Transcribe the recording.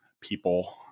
people